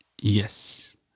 yes